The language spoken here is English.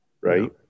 right